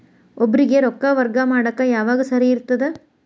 ಒಬ್ಬರಿಗ ರೊಕ್ಕ ವರ್ಗಾ ಮಾಡಾಕ್ ಯಾವಾಗ ಸರಿ ಇರ್ತದ್?